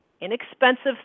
inexpensive